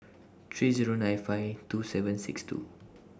three Zero nine five two seven six two